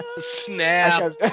Snap